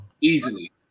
Easily